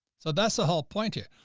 so that's the whole point here.